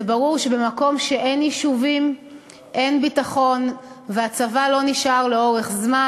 זה ברור שבמקום שאין יישובים אין ביטחון והצבא לא נשאר לאורך זמן.